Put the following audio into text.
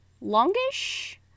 longish